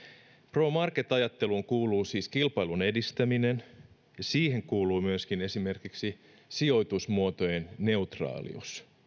pro market ajatteluun kuuluu siis kilpailun edistäminen ja siihen kuuluu myöskin esimerkiksi sijoitusmuotojen neutraalius